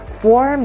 four